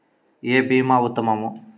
ఏ భీమా ఉత్తమము?